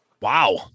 Wow